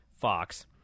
Fox